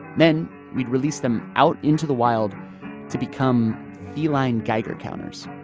then we'd release them out into the wild to become feline geiger counters.